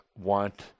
want